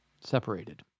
separated